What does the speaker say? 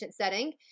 setting